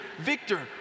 Victor